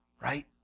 right